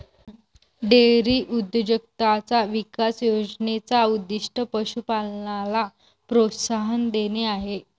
dairy उद्योजकताचा विकास योजने चा उद्दीष्ट पशु पालनाला प्रोत्साहन देणे आहे